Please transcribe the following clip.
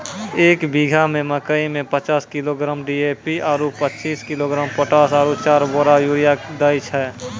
एक बीघा मे मकई मे पचास किलोग्राम डी.ए.पी आरु पचीस किलोग्राम पोटास आरु चार बोरा यूरिया दैय छैय?